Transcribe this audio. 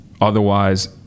Otherwise